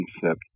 concept